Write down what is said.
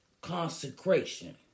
consecration